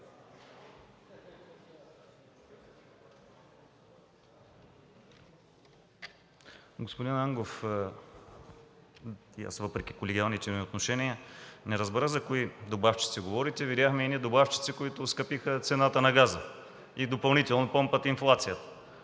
Господин Ангов, и аз въпреки колегиалните ни отношения не разбрах за кои добавчици говорите. Видяхме едни добавчици, които оскъпиха цената на газа и допълнително помпат инфлацията.